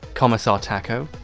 commissar taco,